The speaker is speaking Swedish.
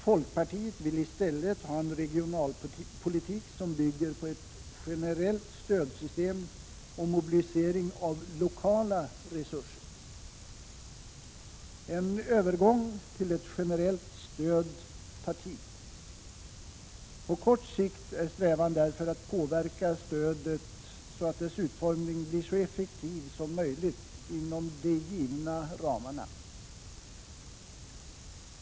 Folkpartiet villi stället ha en regionalpolitik som bygger på ett generellt stödsystem och mobilisering av lokala resurser. En övergång till ett generellt stöd tar tid. På kort sikt är strävan därför att påverka stödet så, att dess utformning blir så effektiv som möjligt inom de givna ramarna.